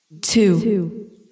Two